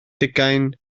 deugain